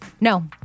No